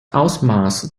ausmaß